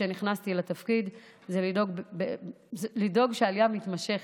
כשנכנסתי לתפקיד הייתה לדאוג שהעלייה נמשכת.